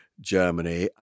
Germany